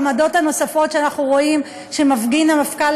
העמדות הנוספות שאנחנו רואים שמפגין המפכ"ל